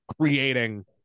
creating